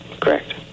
Correct